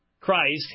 Christ